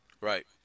Right